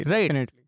Right